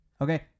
Okay